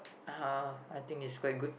uh I think it's quite good